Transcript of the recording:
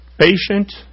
Patient